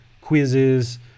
quizzes